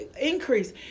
increase